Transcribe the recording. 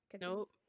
Nope